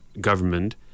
government